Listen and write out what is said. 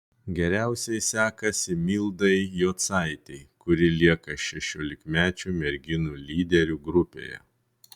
geriausiai sekasi mildai jocaitei kuri lieka šešiolikmečių merginų lyderių grupėje